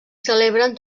celebren